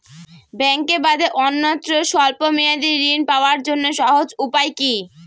ব্যাঙ্কে বাদে অন্যত্র স্বল্প মেয়াদি ঋণ পাওয়ার জন্য সহজ উপায় কি?